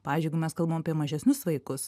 pavyzdžiui jeigu mes kalbam apie mažesnius vaikus